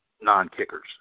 non-kickers